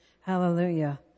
Hallelujah